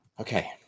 Okay